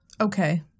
Okay